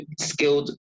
skilled